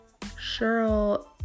Cheryl